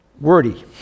wordy